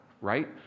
right